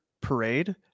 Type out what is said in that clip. parade